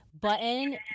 button